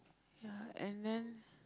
ya and then